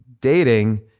dating